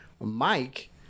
Mike